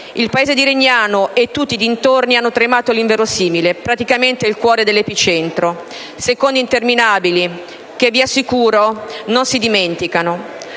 Il paese di Regnano e tutti i dintorni hanno tremato all'inverosimile, praticamente il cuore dell'epicentro. Secondi interminabili, che vi assicuro non si dimenticano.